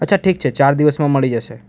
અચ્છા ઠીક છે ચાર દિવસમાં મળી જશે